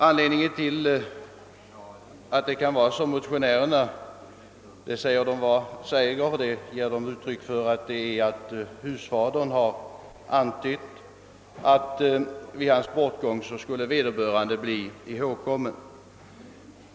Anledningen därtill kan enligt motionärerna vara att husfadern har antytt att vederbörande skulle bli ihågkommen vid hans bortgång.